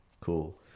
cool